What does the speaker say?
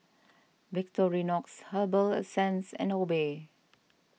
Victorinox Herbal Essences and Obey